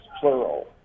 plural